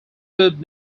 food